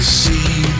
see